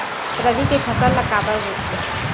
रबी के फसल ला काबर बोथे?